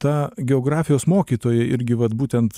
ta geografijos mokytoja irgi vat būtent